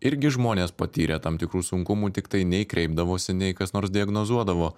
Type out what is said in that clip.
irgi žmonės patyrė tam tikrų sunkumų tiktai nei kreipdavosi nei kas nors diagnozuodavo